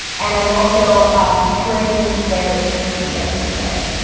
and i was also um curating their social media pages.